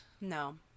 No